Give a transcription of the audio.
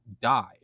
died